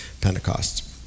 Pentecost